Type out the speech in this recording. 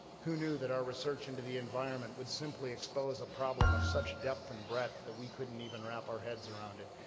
who knew that our research into the environment would simply expose a problem of such depth and breadth that we coudn't even wrap our heads around it.